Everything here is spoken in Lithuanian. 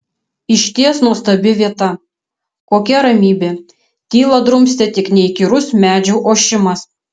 išties nuostabi vieta kokia ramybė tylą drumstė tik neįkyrus medžių ošimas